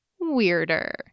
weirder